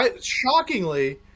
shockingly